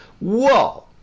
Whoa